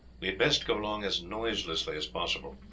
we had best go along as noiselessly as possible.